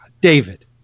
David